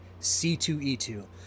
c2e2